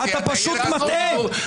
אתה פשוט מטעה.